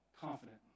Confident